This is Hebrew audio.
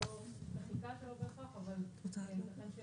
אני לא מכירה